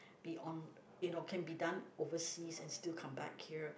be on you know can be done overseas and still come back here